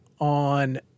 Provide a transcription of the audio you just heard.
on